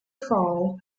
fall